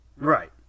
Right